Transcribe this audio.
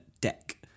Deck